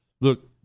Look